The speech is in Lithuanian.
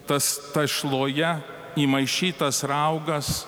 tas tešloje įmaišytas raugas